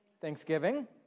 thanksgiving